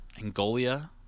Angolia